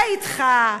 ואתך,